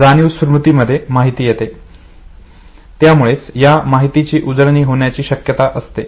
जाणीव स्मृतीमध्ये माहिती येते त्यामुळे या माहितीची उजळणी होण्याची शक्यता असते